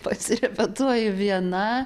pasirepetuoju viena